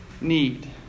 need